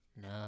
No